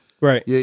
Right